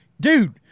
dude